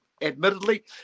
admittedly